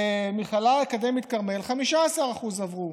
במכללה האקדמית כרמל 15% עברו.